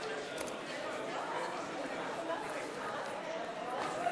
לשנת התקציב 2016, כהצעת הוועדה, נתקבל.